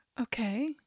Okay